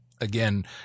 again